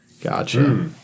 Gotcha